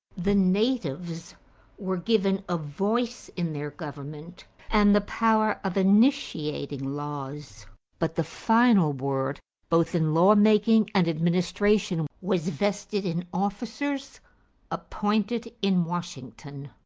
the natives were given a voice in their government and the power of initiating laws but the final word both in law-making and administration was vested in officers appointed in washington.